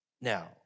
Now